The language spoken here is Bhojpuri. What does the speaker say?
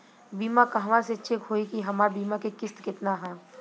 बीमा कहवा से चेक होयी की हमार बीमा के किस्त केतना ह?